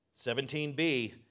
17b